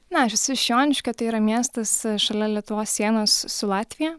na aš esu iš joniškio tai yra miestas šalia lietuvos sienos su latvija